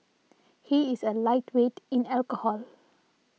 he is a lightweight in alcohol